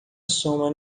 soma